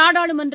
நாடாளுமன்ற